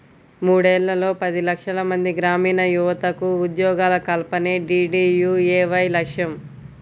మూడేళ్లలో పది లక్షలమంది గ్రామీణయువతకు ఉద్యోగాల కల్పనే డీడీయూఏవై లక్ష్యం